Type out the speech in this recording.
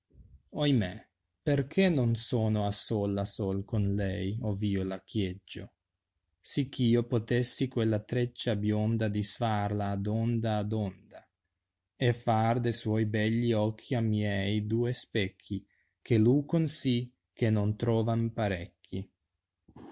ragiono oimè perchè non sono a sol a sol con lei ovmo la chieggio sicch io potessi quella treccia bionda disfarla ad onda ad onda e far de suoi begli occhi a miei due specchi che lucon sì che non troran parecchi